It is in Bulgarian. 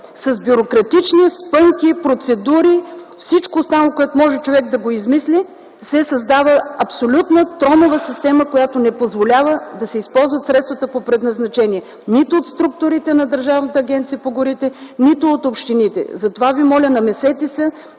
с бюрократични спънки, процедури, всичко останало, което може човек да го измисли, се създава абсолютно тромава система, която не позволява да се използват средствата по предназначение – нито от структурите на Държавната агенция по горите, нито от общините. Затова Ви моля, намесете се